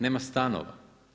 Nema stanova.